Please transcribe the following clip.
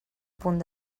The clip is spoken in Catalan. punt